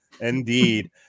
Indeed